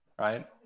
right